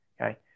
Okay